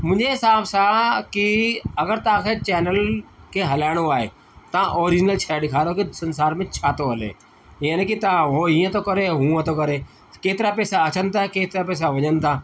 मुंहिंजे हिसाब सां की अगरि तव्हांखे चैनल खे हलाइणो आहे त ऑरिजनल शइ ॾेखारियो की संसार में छा थो हले हीअं न की तव्हां उहो ईअं तो करे हूअं तो करे केतिरा पैसा अचनि था केतिरा पैसा वञनि था